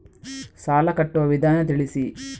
ಸಾಲ ಕಟ್ಟುವ ವಿಧಾನ ತಿಳಿಸಿ?